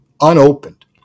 unopened